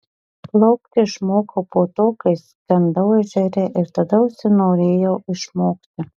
plaukti išmokau po to kai skendau ežere ir tada užsinorėjau išmokti